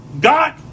God